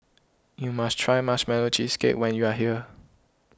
you must try Marshmallow Cheesecake when you are here